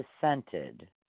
dissented